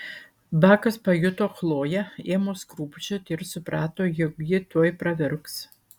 bakas pajuto chloję ėmus krūpčioti ir suprato jog ji tuoj pravirks